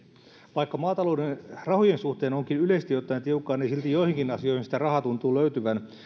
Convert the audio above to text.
vaikka maatalouden rahojen suhteen onkin yleisesti ottaen tiukkaa niin silti joihinkin asioihin sitä rahaa tuntuu löytyvän